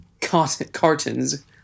Cartons